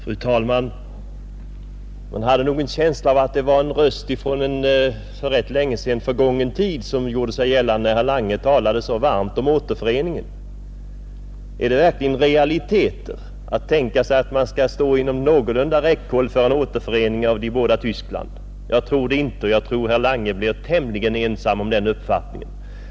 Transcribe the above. Fru talman! Man hade en känsla av att det var en röst från en rätt länge förgången tid som gjorde sig hörd när herr Lange talade så varmt om återföreningen. Är det verkligen realistiskt att tänka sig att man skall stå inom någorlunda räckhåll för en återförening av de båda Tyskland? Jag tror det inte, och jag tror att herr Lange är tämligen ensam om den uppfattningen.